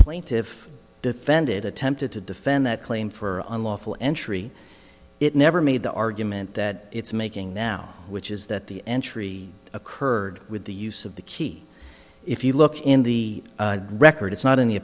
plaintive defended attempted to defend that claim for unlawful entry it never made the our i meant that it's making now which is that the entry occurred with the use of the key if you look in the record it's not